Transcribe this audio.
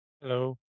Hello